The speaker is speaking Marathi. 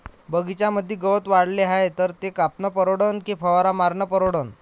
बगीच्यामंदी गवत वाढले हाये तर ते कापनं परवडन की फवारा मारनं परवडन?